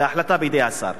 וההחלטה בידי השר.